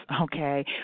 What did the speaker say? okay